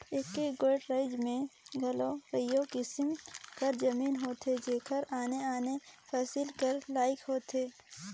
एके गोट राएज में घलो कइयो किसिम कर जमीन होथे जेहर आने आने फसिल कर लाइक होथे